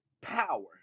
power